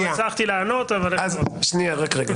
לא הצלחתי לענות, אבל אנסה עוד פעם.